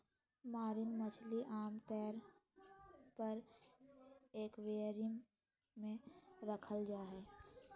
marine मछली आमतौर पर एक्वेरियम मे रखल जा हई